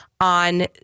on